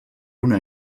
una